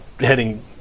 Heading